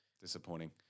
Disappointing